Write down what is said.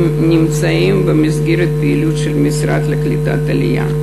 שנמצאים במסגרת פעילות של המשרד לקליטת העלייה.